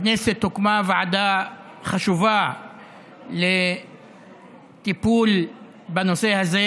בכנסת הוקמה ועדה חשובה לטיפול בנושא הזה